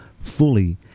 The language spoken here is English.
fully